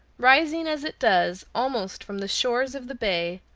rising as it does almost from the shores of the bay,